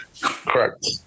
Correct